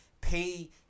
pay